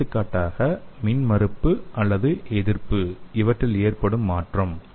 எடுத்துக்காட்டாக மின்மறுப்பு அல்லது எதிர்ப்பு இவற்றில் ஏற்படும் மாற்றம்